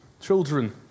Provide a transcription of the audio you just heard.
children